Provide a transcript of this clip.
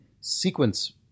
sequence